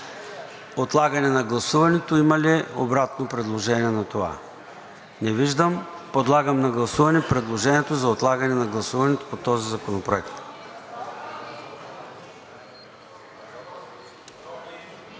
отлагане на гласуването. Има ли обратно предложение на това? Не виждам. Подлагам на гласуване предложението за отлагане на гласуването по този законопроект.